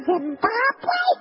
Zimbabwe